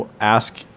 ask